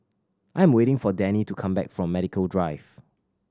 I'm waiting for Dani to come back from Medical Drive